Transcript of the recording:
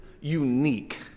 unique